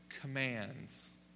commands